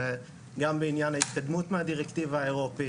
גם בעניין ההתקדמות מהדירקטיבה האירופית,